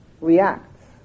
reacts